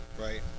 Right